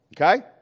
Okay